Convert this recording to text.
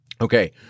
Okay